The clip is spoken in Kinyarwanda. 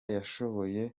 yashoboye